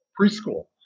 preschool